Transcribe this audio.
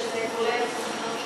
שזה כולל לא,